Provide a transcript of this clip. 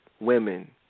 women